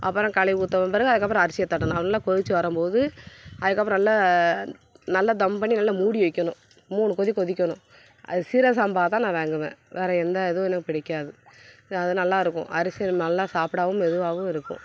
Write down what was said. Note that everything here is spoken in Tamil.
அப்புறம் கழுவி ஊற்றுன பிறகு அதுக்கு அப்புறம் அரிசியை தட்டணும் நல்லா கொதிச்சு வரும் போது அதுக்கு அப்புறம் நல்லா நல்லா தம் பண்ணி நல்லா மூடி வைக்கணும் மூணு கொதி கொதிக்கணும் அது சீரக சம்பா தான் நான் வாங்குவேன் வேறு எந்த இதுவும் எனக்கு பிடிக்காது அது நல்லா இருக்கும் அரிசி நல்லா சாப்பிடவும் மெதுவாகவும் இருக்கும்